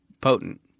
potent